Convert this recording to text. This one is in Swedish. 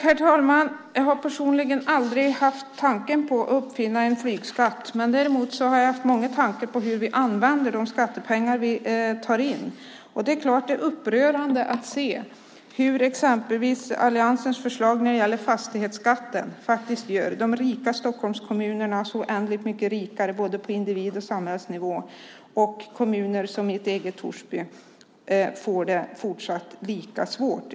Herr talman! Jag har personligen aldrig haft tanken på att uppfinna en flygskatt. Däremot har jag haft många tankar om hur vi använder de skattepengar vi tar in. Det är upprörande att se hur exempelvis alliansens förslag om fastighetsskatten gör de rika Stockholmskommunerna så oändligt mycket rikare på både individ och samhällsnivå medan kommuner som min egen hemkommun Torsby får det fortsatt lika svårt.